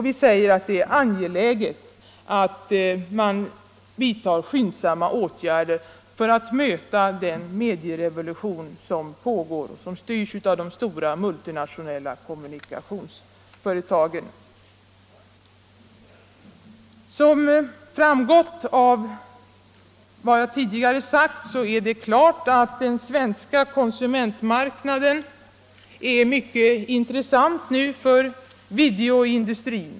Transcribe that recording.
Vi säger också att det är angeläget att man vidtar skyndsamma åtgärder för att möta den medierevolution som pågår och som styrs av de stora multinationella kommunikationsföretagen. Som framgått av vad jag tidigare sagt är det klart att den svenska konsumentmarknaden är mycket intressant för videoindustrin.